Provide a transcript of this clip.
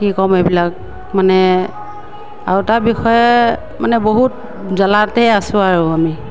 কি ক'ম এইবিলাক মানে আৰু এটা বিষয়ে মানে বহুত জালাতেই আছোঁ আৰু আমি